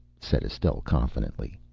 said estelle confidently.